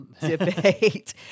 debate